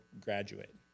Graduate